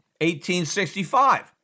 1865